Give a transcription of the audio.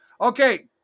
Okay